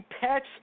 Pets